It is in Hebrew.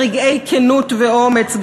ברגעי כנות ואומץ,